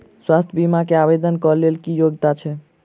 स्वास्थ्य बीमा केँ आवेदन कऽ लेल की योग्यता छै?